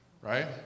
right